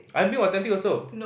I'm being authentic also